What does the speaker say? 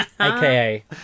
aka